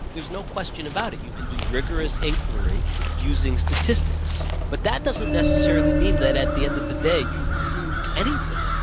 there's no question about that, you can do rigorous inquiry using statistics. but that doesn't necessarily mean that at the end of the day you've proved anything.